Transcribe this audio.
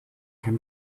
can